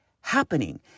happening